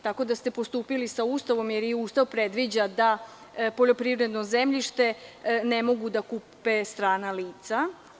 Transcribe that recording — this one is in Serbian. Tako da ste postupili sa Ustavom, jer Ustav predviđa da poljoprivredno zemljište ne mogu da kupe strana lica.